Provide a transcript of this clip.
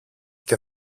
και